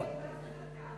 מה זה "חלקם"?